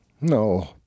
no